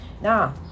Now